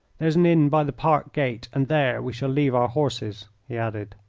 there's an inn by the park-gate, and there we shall leave our horses, he added.